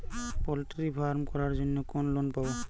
Poultry farm করার জন্য কোন লোন পাব?